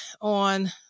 on